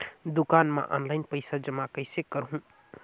दुकान म ऑनलाइन पइसा जमा कइसे करहु?